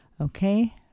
Okay